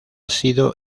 sido